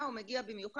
אגב,